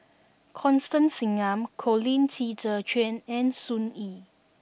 Constance Singam Colin Qi Zhe Quan and Sun Yee